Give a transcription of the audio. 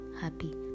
happy